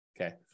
Okay